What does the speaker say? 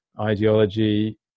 ideology